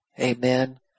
Amen